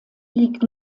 liegt